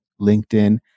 LinkedIn